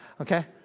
okay